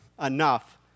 enough